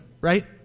right